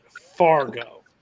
Fargo